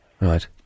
Right